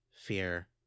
Fear